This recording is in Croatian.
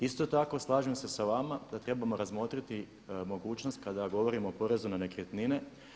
Isto tako slažem se sa vama da trebamo razmotriti mogućnost kada govorimo o porezu na nekretnine.